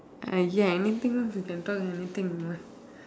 err ya anything you can talk anything you want